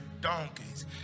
donkeys